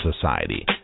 society